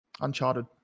Uncharted